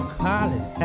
college